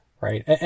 right